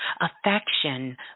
affection